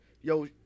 yo